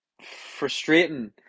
Frustrating